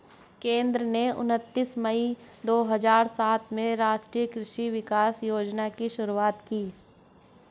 केंद्र ने उनतीस मई दो हजार सात में राष्ट्रीय कृषि विकास योजना की शुरूआत की